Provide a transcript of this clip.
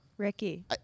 ricky